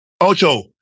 Ocho